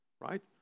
right